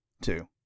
two